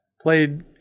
played